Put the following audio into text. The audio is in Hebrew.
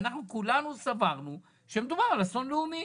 ואנחנו כולנו סברנו שמדובר על אסון לאומי.